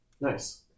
Nice